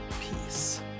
Peace